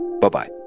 Bye-bye